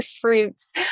fruits